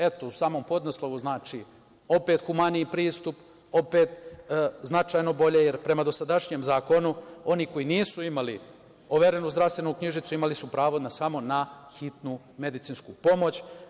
Eto, u samom podnaslovu znači, opet humaniji pristup, opet značajno bolje, jer prema dosadašnjem zakonu, oni koji nisu imali overenu zdravstvenu knjižicu, imali su pravo samo na hitnu medicinsku pomoć.